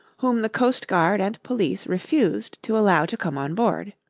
whom the coastguard and police refused to allow to come on board.